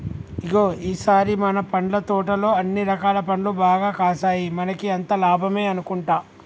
ఇగో ఈ సారి మన పండ్ల తోటలో అన్ని రకాల పండ్లు బాగా కాసాయి మనకి అంతా లాభమే అనుకుంటా